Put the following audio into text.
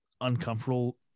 uncomfortable